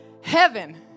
Heaven